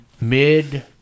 mid